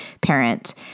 parent